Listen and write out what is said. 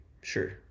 Sure